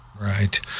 Right